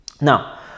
Now